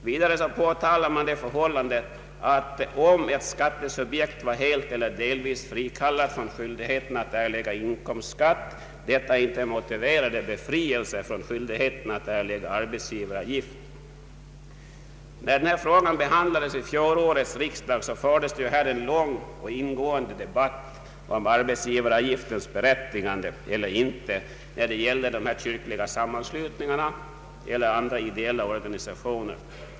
Vidare påtalar man det förhållandet att om ett skattesubjekt var helt eiler delvis frikallat från skyldigheten att erlägga statlig inkomstskatt, detta inte motiverade befrielse från skyldigheten att erlägga arbetsgivaravgift. När frågan behandlades vid fjolårets riksdag fördes en lång och ingående debatt om arbetsgivaravgiftens berättigande eller icke, då det gäller dessa kyrkliga sammanslutningar eller andra ideella organisationer.